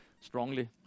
strongly